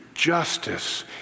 Justice